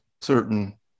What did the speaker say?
certain